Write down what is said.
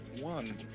one